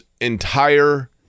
entire